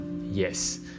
Yes